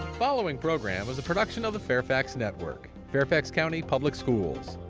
following program is a production of the fairfax network, fairfax county public schools.